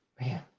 Man